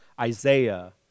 Isaiah